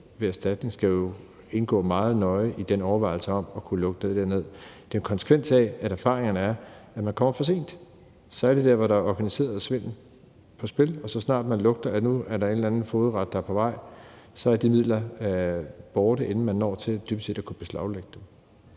ved erstatning, skal jo indgå meget nøje i den overvejelse om at kunne lukke det her ned. Det er en konsekvens af, at erfaringerne er, at man kommer for sent. Og så er det, at der er organiseret svindel på spil. Så snart man lugter, at nu er der en eller anden fogedret på vej, er de midler borte, inden man når til dybest set at kunne beslaglægge dem.